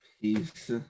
Peace